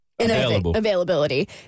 Availability